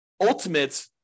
ultimate